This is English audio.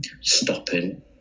stopping